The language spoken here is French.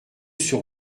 sur